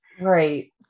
right